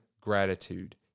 gratitude